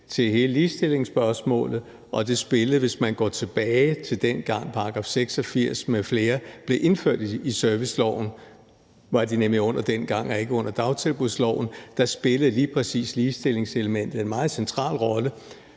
til hele ligestillingsspørgsmålet. Hvis vi går tilbage til, dengang § 86 m.fl. blev indført i serviceloven, som de nemlig var under dengang, for de var ikke under dagtilbudsloven, spillede lige præcis ligestillingselementet en meget central rolle,